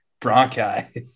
bronchi